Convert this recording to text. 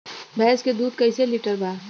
भैंस के दूध कईसे लीटर बा?